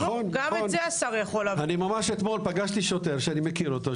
אני ממש אתמול פגשתי שוטר שאני מכיר אותו,